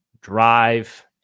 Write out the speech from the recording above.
drive